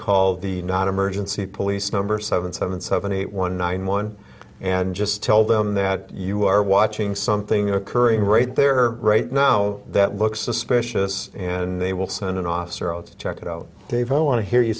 call the non emergency police number seven seven seven eight one nine one and just tell them that you are watching something occurring right there right now that looks suspicious and they will send an officer out to check it out dave i want to hear you